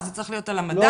זה צריך להיות על המדף.